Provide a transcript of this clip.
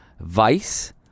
Vice